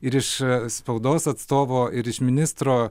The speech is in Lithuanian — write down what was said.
ir iš spaudos atstovo ir iš ministro